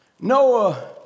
Noah